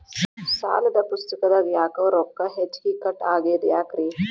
ಸಾಲದ ಪುಸ್ತಕದಾಗ ಯಾಕೊ ರೊಕ್ಕ ಹೆಚ್ಚಿಗಿ ಕಟ್ ಆಗೆದ ಯಾಕ್ರಿ?